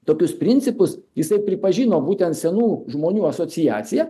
tokius principus jisai pripažino būtent senų žmonių asociaciją